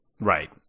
Right